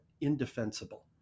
indefensible